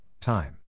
time